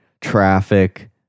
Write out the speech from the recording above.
Traffic